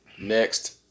next